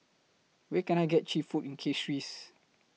Where Can I get Cheap Food in Castries